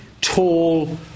tall